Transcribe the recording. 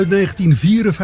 1954